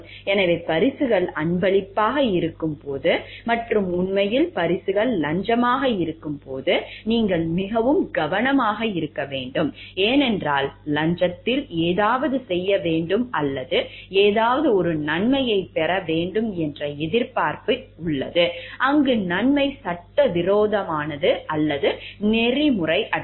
எனவே பரிசுகள் அன்பளிப்பாக இருக்கும் போது மற்றும் உண்மையில் பரிசுகள் லஞ்சமாக இருக்கும் போது நீங்கள் மிகவும் கவனமாக இருக்க வேண்டும் ஏனென்றால் லஞ்சத்தில் ஏதாவது செய்ய வேண்டும் அல்லது ஏதாவது ஒரு நன்மையைப் பெற வேண்டும் என்ற எதிர்பார்ப்பு உள்ளது அங்கு நன்மை சட்டவிரோதமானது அல்லது நெறிமுறையற்றது